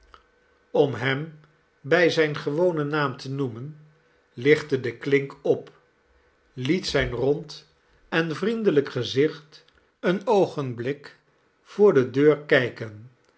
om hem bij zijn gewonen naam te noemen lichtte de klink op liet zijn rond en vriendelijk gezicht een oogenblik voor de deur kijken